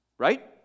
right